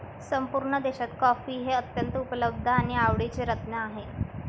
संपूर्ण देशात कॉफी हे अत्यंत उपलब्ध आणि आवडते रत्न आहे